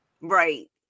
Right